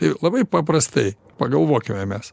ir labai paprastai pagalvokime mes